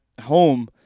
home